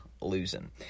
losing